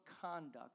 conduct